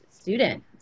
student